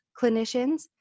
clinicians